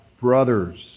brothers